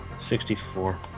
64